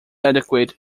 adequate